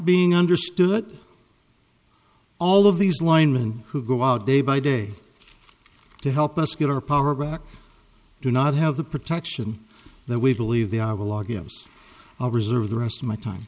being understood all of these linemen who go out day by day to help us get our power back do not have the protection that we believe they are the law gives our reserve the rest of my time